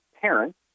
parents